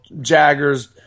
Jaggers